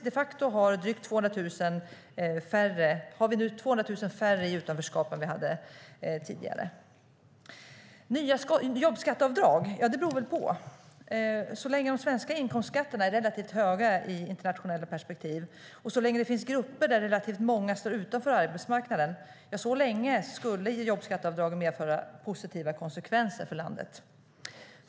De facto har vi nu alltså 200 000 färre i utanförskap än vi hade tidigare. När det gäller nya jobbskatteavdrag beror det på - så länge de svenska inkomstskatterna är relativt höga i ett internationellt perspektiv, och så länge det finns grupper där relativt många står utanför arbetsmarknaden, skulle jobbskatteavdragen medföra positiva konsekvenser för landet.